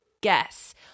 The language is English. guess